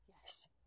Yes